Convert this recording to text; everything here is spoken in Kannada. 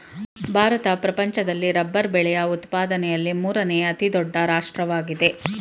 ಭಾರತ ಪ್ರಪಂಚದಲ್ಲಿ ರಬ್ಬರ್ ಬೆಳೆಯ ಉತ್ಪಾದನೆಯಲ್ಲಿ ಮೂರನೇ ಅತಿ ದೊಡ್ಡ ರಾಷ್ಟ್ರವಾಗಿದೆ